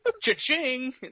Cha-ching